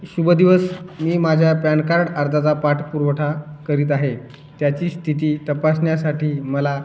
शुभ दिवस मी माझ्या पॅण कार्ड अर्जाचा पाठपुरवठा करीत आहे त्याची स्थिती तपासण्यासाठी मला